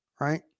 right